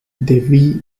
the